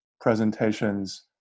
presentations